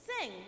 sing